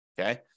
Okay